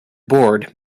board